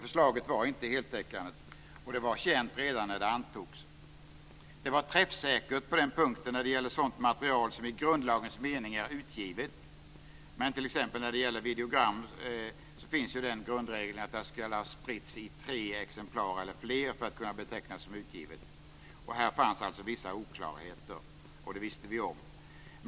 Förslaget var inte heltäckande, och detta var känt redan när det antogs. Det var träffsäkert när det gäller sådant material som i grundlagens mening är utgivet, men när det gäller t.ex. videogram finns den grundregeln att det skall ha spritts i tre exemplar eller fler för att kunna betecknas som utgivet. Här fanns alltså vissa oklarheter, och det visste vi om.